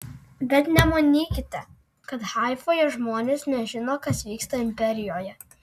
bet nemanykite kad haifoje žmonės nežino kas vyksta imperijoje